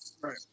Right